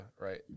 right